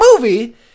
movie